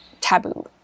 taboo